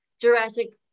Jurassic